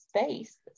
space